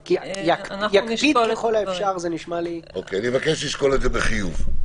כי יקפיד ככל האפשר- -- אני מבקש לשקול את זה בחיוב.